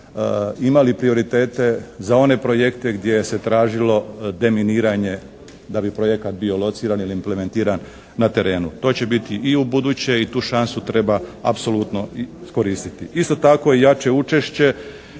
imali prioritete za one projekte gdje se tražilo deminiranje da bi projekat bio lociran ili implementiran na terenu. To će biti i ubuduće i tu šansu treba apsolutno iskoristiti. Isto tako je jače učešće